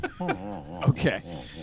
Okay